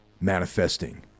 Manifesting